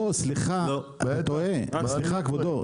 לא, סליחה, אתה טועה, סליחה כבודו.